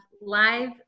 live